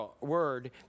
word